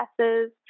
classes